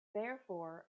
therefore